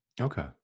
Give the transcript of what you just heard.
Okay